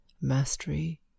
mastery